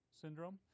syndrome